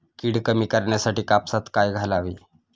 कीड कमी करण्यासाठी कापसात काय घालावे?